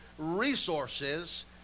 resources